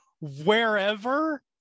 Wherever